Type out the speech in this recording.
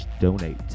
donate